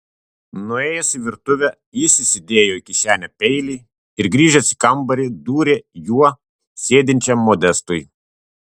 nuėjęs į virtuvę jis įsidėjo į kišenę peilį ir grįžęs į kambarį dūrė juo sėdinčiam modestui